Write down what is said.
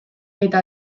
eta